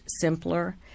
simpler